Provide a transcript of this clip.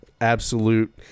absolute